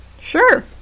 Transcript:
Sure